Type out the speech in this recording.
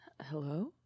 Hello